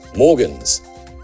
Morgans